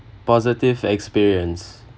positive experience